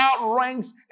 outranks